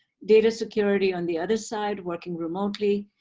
data security, on the other side, working remotely.